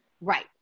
Right